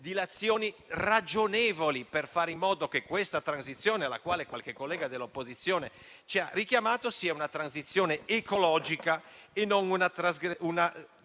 dilazioni ragionevoli per fare in modo che questa transizione, alla quale qualche collega dell'opposizione ci ha richiamato, sia ecologica e non